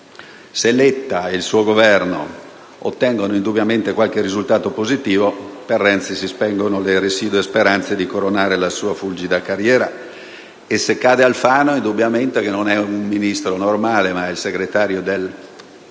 Letta e il suo Governo ottengono qualche risultato positivo, per Renzi si spengono le residue speranze di coronare la sua fulgida carriera. E se cade Alfano, che non è un Ministro normale, ma è il segretario dei due